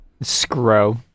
Scro